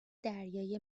دریای